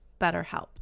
BetterHelp